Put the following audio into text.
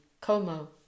Como